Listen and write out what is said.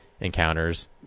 encounters